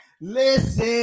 Listen